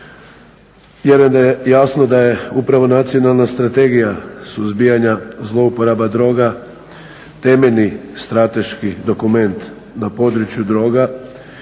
da je jasno da je upravo Nacionalna strategija suzbijanja zlouporaba droga temeljni strateški dokument na području droga